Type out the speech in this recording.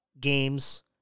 games